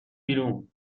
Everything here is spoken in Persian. بیرون